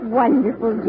wonderful